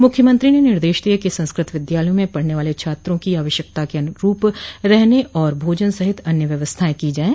मुख्यमंत्री ने निर्देश दिये कि संस्कृत विद्यालयों में पढ़ने वाले छात्रों की आवश्यकताओं के अनुरूप रहने और भोजन सहित अन्य व्यवस्थाएं की जायें